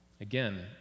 Again